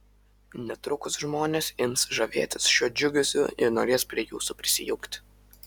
netrukus žmonės ims žavėtis šiuo džiugesiu ir norės prie jūsų prisijungti